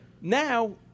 Now